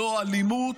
לא אלימות,